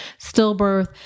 stillbirth